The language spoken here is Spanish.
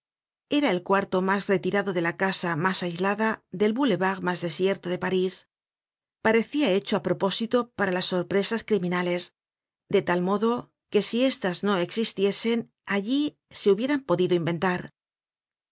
era el cuarto mas retirado de la casa mas aislada del boulevard mas desierto de parís parecia hecho á propósito para las sorpresas criminales de tal modo que si estas no existiesen allí se hubieran podido inventar